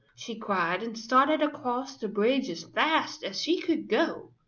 she cried, and started across the bridge as fast as she could go.